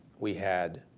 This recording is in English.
we had